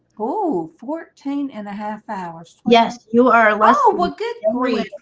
oh fourteen and a half hours. yes. you are less oh what good grief,